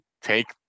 take